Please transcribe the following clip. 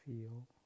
feel